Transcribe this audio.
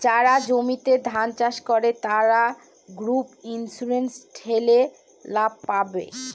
যারা জমিতে ধান চাষ করে, তারা ক্রপ ইন্সুরেন্স ঠেলে লাভ পাবে